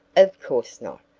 of course not.